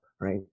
right